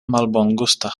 malbongusta